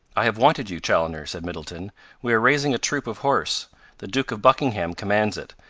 i have wanted you, chaloner, said middleton we are raising a troop of horse the duke of buckingham commands it,